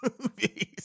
movies